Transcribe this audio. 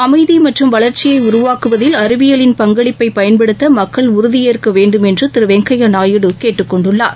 அமைதி மற்றும் வளர்ச்சியை உருவாக்குவதில் அறிவியலின் பங்களிப்பை பயன்படுத்த மக்கள் உறுதி ஏற்க வேண்டும் என்று திரு வெங்கய்யா நாயுடு கேட்டுக் கொண்டுள்ளார்